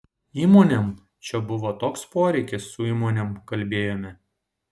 įmonėm čia buvo toks poreikis su įmonėm kalbėjome